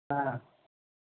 ஆ